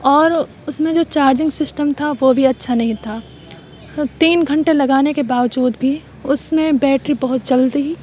اور اس میں جو چارجنگ سسٹم تھا وہ بھی اچھا نہیں تھا تین گھنٹے لگانے کے باوجود بھی اس میں بیٹری بہت جلد ہی